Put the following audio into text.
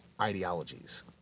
ideologies